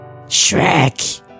Shrek